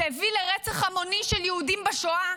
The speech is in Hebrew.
שהביא לרצח המוני של יהודים בשואה,